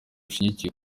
bushingiye